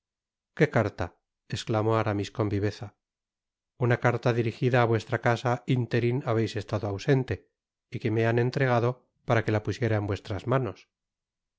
qué carta esclamó aramis con viveza una carta dirijida á vuestra casa interin habeis estado ausente y que me han entregado para que la pusiera en vuestras manos